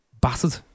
battered